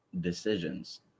decisions